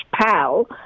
pal